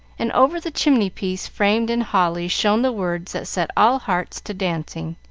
and over the chimney-piece, framed in holly, shone the words that set all hearts to dancing,